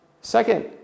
Second